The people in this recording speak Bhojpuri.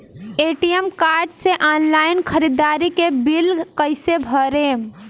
ए.टी.एम कार्ड से ऑनलाइन ख़रीदारी के बिल कईसे भरेम?